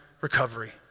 recovery